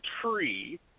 tree